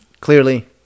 clearly